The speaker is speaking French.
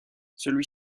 celui